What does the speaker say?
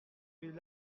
vue